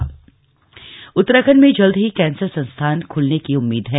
अनिल बलूनी उत्तराखंड में जल्द ही कैंसर संस्थान खुलने की उम्मीद है